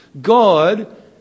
God